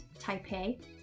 Taipei